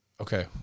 Okay